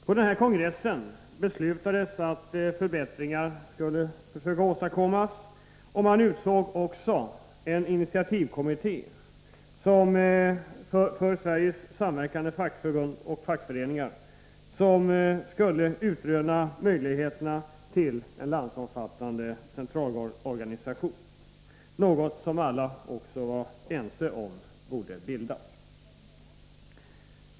På denna kongress beslutades att man skulle försöka åstadkomma förbättringar, och man utsåg också en initiativkommitté för Sveriges samverkande fackförbund och fackföreningar, som skulle utröna möjligheterna att bilda en landsomfattande centralorganisation, något som alla också var ense om borde bildas.